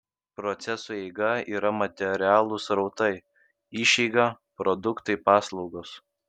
procesų įeiga yra materialūs srautai išeiga produktai paslaugos